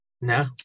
no